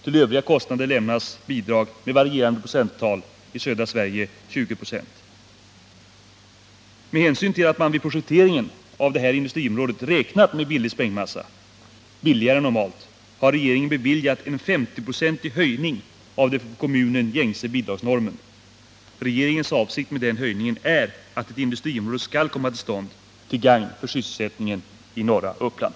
Till övriga kostnader lämnas bidrag med varierande procenttal — i södra Sverige 20 26. Med hänsyn till att man vid projekteringen av detta industriområde räknat med billigare sprängmassor än normalt har regeringen beviljat en 50-procentig höjning av den för kommunen gängse bidragsnormen. Regeringens avsikt med denna höjning är att ett industriområde skall komma till stånd, till gagn för sysselsättningen i norra Uppland.